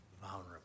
vulnerable